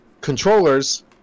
controllers